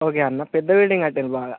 okay అన్నా పెద్ద building కట్టారు బాగా